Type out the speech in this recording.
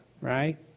right